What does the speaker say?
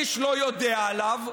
איש לא יודע עליו,